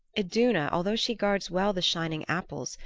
iduna, although she guards well the shining apples,